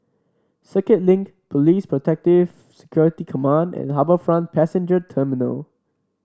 Circuit Link Police Protective Security Command and HarbourFront Passenger Terminal